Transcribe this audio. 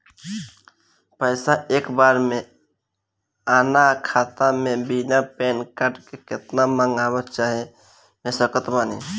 पैसा एक बार मे आना खाता मे बिना पैन कार्ड के केतना मँगवा चाहे भेज सकत बानी?